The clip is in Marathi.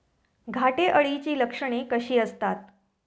घाटे अळीची लक्षणे कशी असतात?